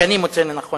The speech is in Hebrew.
שאני מוצא לנכון